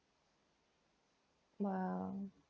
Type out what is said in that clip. !wow!